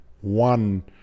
one